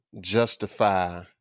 justify